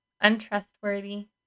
untrustworthy